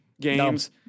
games